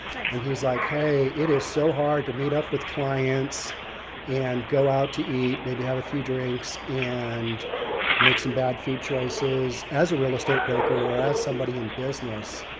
and he's like, hey, it is so hard to meet up with clients and go out to eat, maybe have a few drinks and make some bad food choices as a real estate broker or as somebody in business.